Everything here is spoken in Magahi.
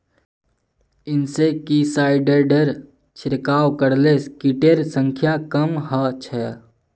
इंसेक्टिसाइडेर छिड़काव करले किटेर संख्या कम ह छ